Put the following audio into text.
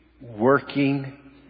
working